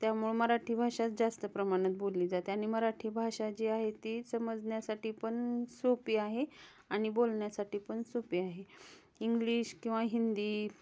त्यामुळं मराठी भाषा जास्त प्रमाणात बोलली जाते आणि मराठी भाषा जी आहे ती समजण्यासाठी पण सोपी आहे आणि बोलण्यासाठी पण सोपी आहे इंग्लिश किंवा हिंदी